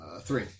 three